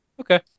Okay